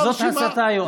זאת הסתה, יואב.